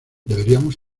deberíamos